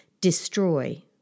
destroy